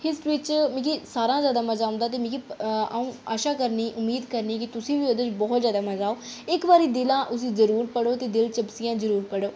history च मिगी सारें शा जैदा मजा औंदा ते मिगी अ'ऊं आशा करनी उम्मीद करनी कि तुसें ई बी ओह्दे च बहुत जैदा मजा औग इक बारी दिलूंं इसी जरूर पढ़ो ते दिलचस्पी ने जरूर पढ़ो